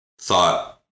thought